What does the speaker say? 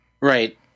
right